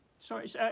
Sorry